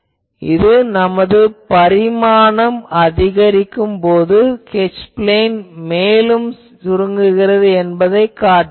இது நமது பரிமாணம் அதிகரிக்கும் போது H பிளேன் மேலும் சுருங்குகிறது